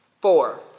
Four